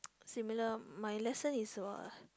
similar my lesson is what ah